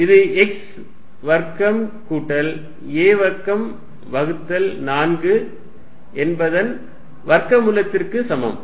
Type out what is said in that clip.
இது x வர்க்கம் கூட்டல் a வர்க்கம் வகுத்தல் 4 என்பதன் வர்க்க மூலத்திற்கு சமம்